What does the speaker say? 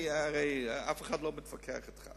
הרי אף אחד לא מתווכח אתך.